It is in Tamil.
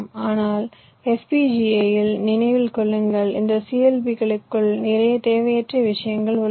ஆனால் FPGA இல் நினைவில் கொள்ளுங்கள் இந்த CLB களுக்குள் நிறைய தேவையற்ற விஷயங்கள் உள்ளன